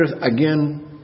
again